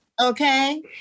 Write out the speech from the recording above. Okay